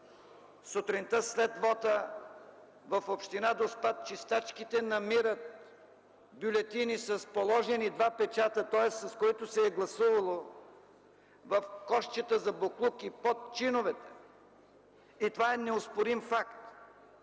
сутринта след вота в община Доспат чистачките намират бюлетини с положени два печата, тоест с които се е гласувало, в кошчета за боклук и под чиновете, и това е неоспорим факт,